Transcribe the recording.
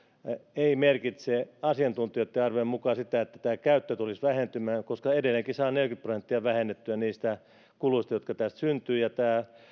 ei merkitse asiantuntijoitten arvioiden mukaan sitä että tämän käyttö tulisi vähentymään koska edelleenkin saa neljäkymmentä prosenttia vähennettyä niistä kuluista jotka tästä syntyy ja tämä